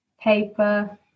paper